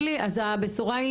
אז מה הבשורה?